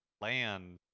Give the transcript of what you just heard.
Land